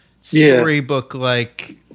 storybook-like